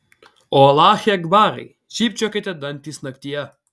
o alache akbarai žybčiokite dantys naktyje